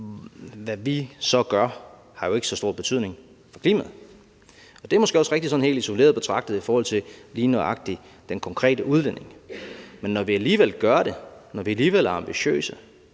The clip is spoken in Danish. hvad vi så gør, har jo ikke så stor betydning for klimaet. Og det er måske også rigtigt sådan helt isoleret betragtet i forhold til lige nøjagtig den konkrete udledning. Men når vi alligevel gør det, når vi alligevel er ambitiøse,